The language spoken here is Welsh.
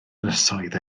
ynysoedd